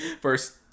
first